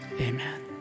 Amen